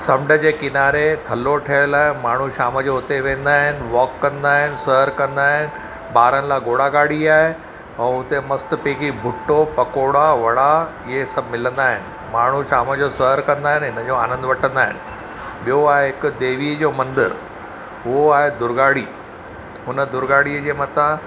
समुंड जे किनारे थलो ठहियल आहे माण्हू शाम जो हुते वेंदा आहिनि वॉक कंदा आहिनि सैरु कंदा आहिनि ॿारनि लाइ घोड़ा गाड़ी आहे ऐं हुते मस्तु पेकी भुटो पकोड़ा वड़ा इहे सभु मिलंदा आहिनि माण्हू शाम जो सैरु कंदा आहिनि हिन जो आनंदु वठंदा आहिनि ॿियो आहे हिकु देवी जो मंदरु उहो आहे दुर्गाड़ी हुन दुर्गाड़ीअ जे मथां